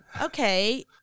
okay